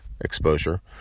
exposure